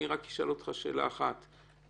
אני רק אשאל אותך שאלה אחת רועי: